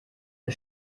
der